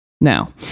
Now